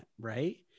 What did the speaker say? right